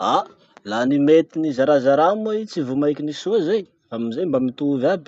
Ah! laha nimety nizarazarà moa i tsy vomaiky nisoa zay, amizay mba mitovy aby.